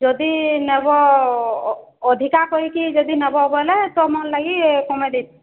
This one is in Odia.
ଯଦି ନେବ ଅଧିକା କରିକି ଯଦି ନେବ ବଲେ ତୁମ ଲାଗି କମାଇ ଦେବି